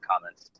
comments